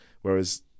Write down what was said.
Whereas